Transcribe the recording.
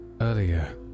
earlier